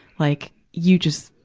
like, you just,